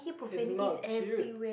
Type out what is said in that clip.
it is not cute